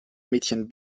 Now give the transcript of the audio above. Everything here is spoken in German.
mädchen